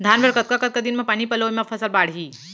धान बर कतका कतका दिन म पानी पलोय म फसल बाड़ही?